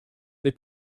they